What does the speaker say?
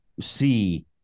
see